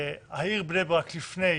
העיר בני ברק לפני